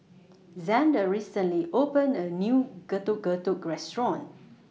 Xander recently opened A New Getuk Getuk Restaurant